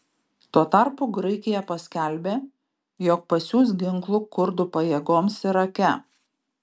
tuo tarpu graikija paskelbė jog pasiųs ginklų kurdų pajėgoms irake